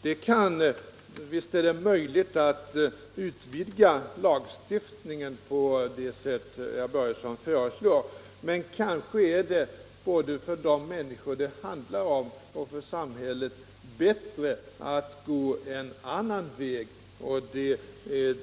= artistskatt Visst är det möjligt att utvidga lagen på det sätt herr Börjesson föreslår, men kanske är det både för de människor det handlar om och för samhället bättre att gå en annan väg, och det är